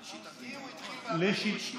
לשיטתי הוא התחיל ב-48',